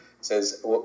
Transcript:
says